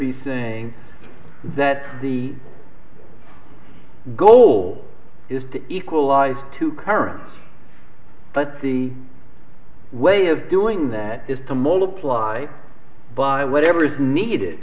be saying that the goal is to equalize two currents but the way of doing that is to multiply by whatever is needed